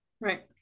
Right